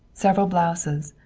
several blouses,